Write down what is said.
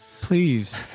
Please